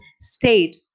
state